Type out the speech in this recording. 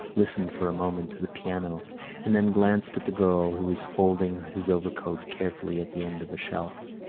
listened for a moment to the piano and then glanced at the girl, who was folding his overcoat carefully at the end of a shelf.